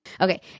Okay